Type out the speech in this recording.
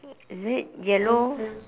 is it yellow